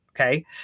okay